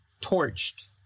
torched